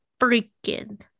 freaking